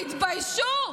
תתביישו.